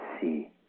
see